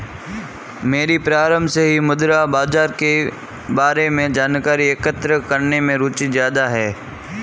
मेरी प्रारम्भ से ही मुद्रा बाजार के बारे में जानकारी एकत्र करने में रुचि ज्यादा है